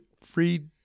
free